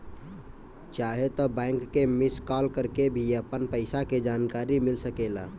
चाहे त बैंक के मिस कॉल करके भी अपन पईसा के जानकारी मिल सकेला